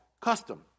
custom